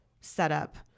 setup